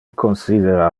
considera